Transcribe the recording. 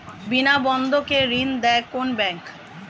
বিনা বন্ধকে ঋণ দেয় কোন ব্যাংক?